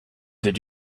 did